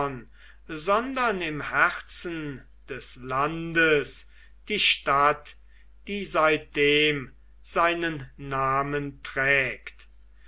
sondern im herzen des landes die stadt die seitdem seinen namen trägt